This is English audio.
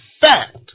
fact